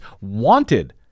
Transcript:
wanted